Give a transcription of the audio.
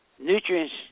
nutrients